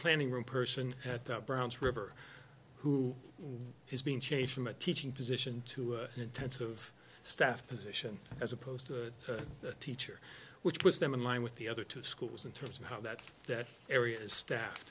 planning room person at the browns river who has been changed from a teaching position to an intensive staff position as opposed to the teacher which puts them in line with the other two schools in terms of how that that area is staff